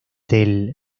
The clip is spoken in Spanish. del